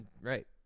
right